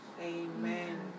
Amen